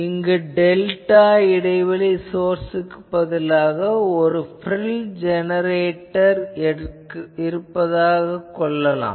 இங்கு டெல்டா இடைவெளி சோர்ஸ் க்குப் பதிலாக ஒரு ப்ரில் ஜெனரேட்டர் என்பதைக் கொள்ளலாம்